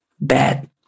bad